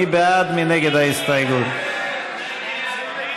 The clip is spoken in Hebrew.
ציפי לבני,